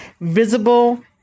visible